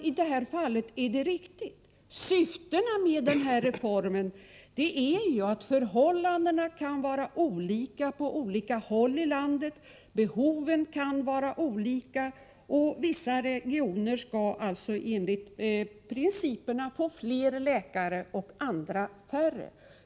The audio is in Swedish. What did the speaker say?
I det här fallet tycker jag att det är riktigt. Förhållandena kan vara olika på olika håll i landet, behoven kan vara olika, och syftet med reformen är att få flera läkare i vissa regioner och färre i andra.